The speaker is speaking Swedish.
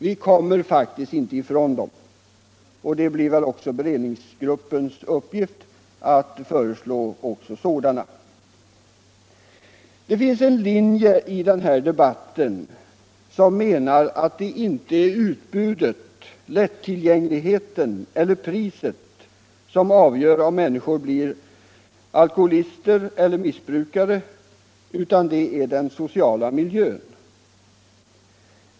Vi kommer faktiskt inte ifrån dem, och det blir väl beredningsgruppens uppgift att föreslå också sådana. Det finns en linje i den här debatten som menar att det inte är utbudet, lättillgängligheten eller priset som avgör om människor blir alkoholister eller missbrukare utan att det är den sociala miljön.